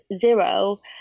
zero